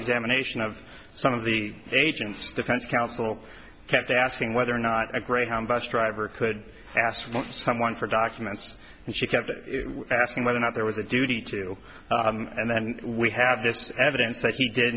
examination of some of the agents defense counsel kept asking whether or not a greyhound bus driver could ask someone for documents and she kept asking whether or not there was a duty to and then we have this evidence that he did